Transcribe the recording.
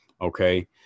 Okay